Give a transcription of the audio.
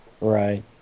Right